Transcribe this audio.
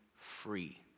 Free